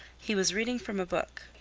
he was reading from a book.